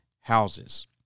houses